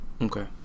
Okay